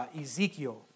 Ezekiel